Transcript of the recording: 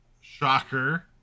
Shocker